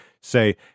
say